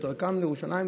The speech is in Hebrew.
בדרכם לירושלים,